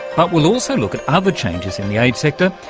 but we'll also look at other changes in the aid sector,